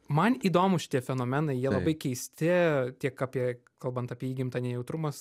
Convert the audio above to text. man įdomūs šitie fenomenai jie labai keisti tiek apie kalbant apie įgimtą nejautrumą